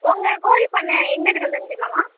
உங்க கோழிப்பண்ணை எங்கே இருக்குதுன்னு தெரிஞ்சுக்கலாமா